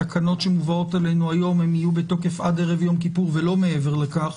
התקנות שמובאות אלינו היום יהיו בתוקף עד ערב יום כיפור ולא מעבר לכך,